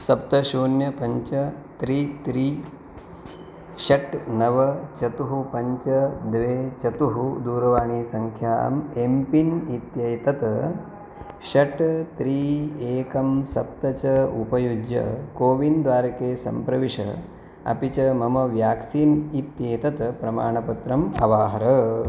सप्त शून्य पञ्च त्री त्री षट् नव चतुः पञ्च द्वे चतुः दूरवाणीसङ्ख्यां एम्पिन् इत्येतत् षट् त्रि एकं सप्त च उपयुज्य कोविन् द्वारके सम्प्रविश अपि च मम व्याक्सीन् इत्येतत् प्रमाणपत्रम् अवाहर